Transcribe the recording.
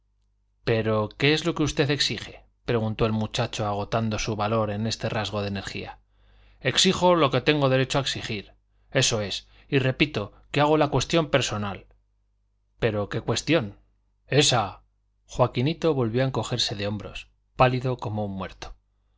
pero qué es lo que usted exige preguntó el muchacho agotando su valor en este rasgo de energía exijo lo que tengo derecho a exigir eso es y repito que hago la cuestión personal pero qué cuestión esa joaquinito volvió a encogerse de hombros pálido como un muerto